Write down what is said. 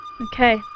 Okay